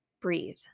breathe